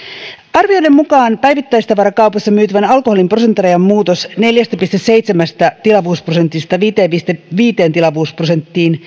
arvioiden mukaan päivittäistavarakaupassa myytävän alkoholin prosenttirajan muutos neljästä pilkku seitsemästä tilavuusprosentista viiteen pilkku viiteen tilavuusprosenttiin